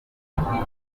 butemewe